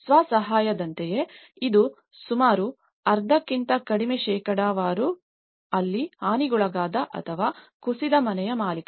ಸ್ವ ಸಹಾಯದಂತೆಯೇ ಇದು ಸುಮಾರು ಅರ್ಧಕ್ಕಿಂತ ಕಡಿಮೆ ಶೇಕಡಾವಾರು ಅಲ್ಲಿ ಹಾನಿಗೊಳಗಾದ ಅಥವಾ ಕುಸಿದ ಮನೆಯ ಮಾಲೀಕರು